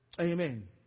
Amen